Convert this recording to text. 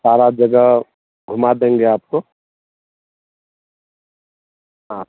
सारी जगह घुमा देंगे आपको हाँ